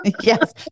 Yes